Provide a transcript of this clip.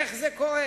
איך זה קורה?